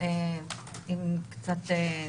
אם התפרצתי.